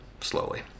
slowly